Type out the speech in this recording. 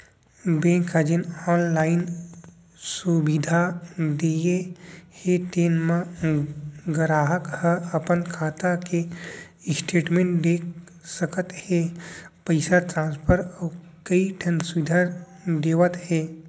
bank ह जेन online सुबिधा दिये हे तेन म गराहक ह अपन खाता के स्टेटमेंट देख सकत हे, पइसा ट्रांसफर अउ कइ ठन सुबिधा देवत हे